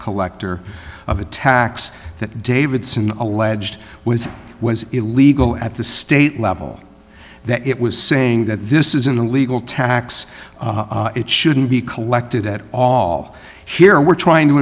collector of attacks that davidson alleged was was illegal at the state level that it was saying that this isn't a legal tax it shouldn't be collected at all here we're trying to